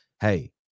hey